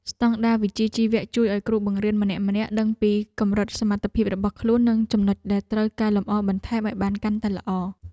ស្តង់ដារវិជ្ជាជីវៈជួយឱ្យគ្រូបង្រៀនម្នាក់ៗដឹងពីកម្រិតសមត្ថភាពរបស់ខ្លួននិងចំណុចដែលត្រូវកែលម្អបន្ថែមឱ្យបានកាន់តែល្អ។